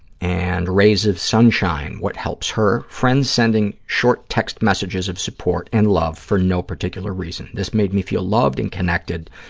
and rays of sunshine, what helps her, friends sending short text messages of support and love for no particular reason. this made me feel loved and connected.